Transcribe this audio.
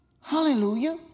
Hallelujah